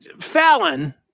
Fallon